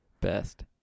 Best